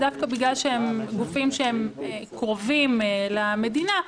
דווקא בגלל שהם גופים שקרובים למדינה,